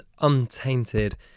untainted